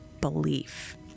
belief